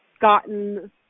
gotten